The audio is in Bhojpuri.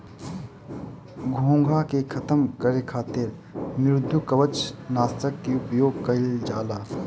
घोंघा के खतम करे खातिर मृदुकवच नाशक के उपयोग कइल जाला